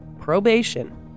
probation